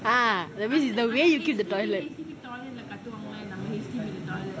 !huh! that means the way you clean the toilet